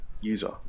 User